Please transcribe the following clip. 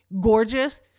gorgeous